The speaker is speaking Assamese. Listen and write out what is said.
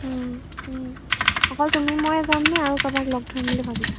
অকল তুমি ময়ে যামনে আৰু কাৰোবাক লগ ধৰিম বুলি ভাবিছা